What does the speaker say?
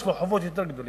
יש לו חובות יותר גדולים.